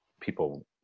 people